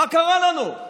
מה קרה לנו,